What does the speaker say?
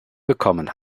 bekommen